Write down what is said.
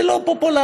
זה לא פופולרי.